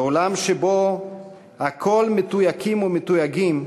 בעולם שבו הכול מתויקים ומתויגים,